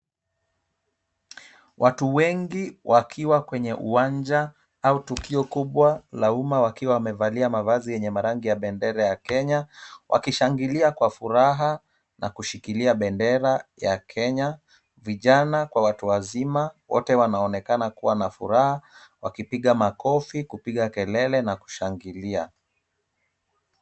Watu wengi wakiwa kwenye uwanja au tukio kubwa la umma wakiwa wamevalia mavazi yenye marangi ya bendera ya Kenya wakishangilia kwa furaha na kushikilia bendera ya Kenya. Vijana kwa watu wazima wote wanaonekana kuwa na furaha wakipiga makofi, kupiga kelele na kushangilia.